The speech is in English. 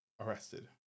arrested